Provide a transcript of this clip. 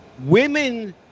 Women